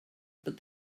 but